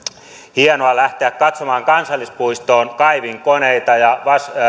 hienoa lähteä katsomaan kansallispuistoon kaivinkoneita ja